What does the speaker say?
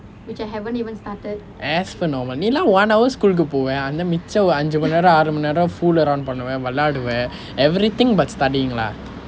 as per normal நீ எல்லாம்:ni ellaam one hour school க்கு போவ ஆனா மிச்ச ஐந்து மணிநேரம் ஆறு மணிநேரம்:kku pova aanaa micha ainthu manineram aaru manineram fool around பண்ணுவ விளையாடுவே:pannuva vilayaaduvae everything but studying lah